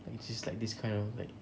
which is like this kind of like